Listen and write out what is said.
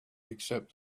except